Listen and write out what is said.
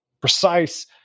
precise